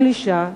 הגלישה,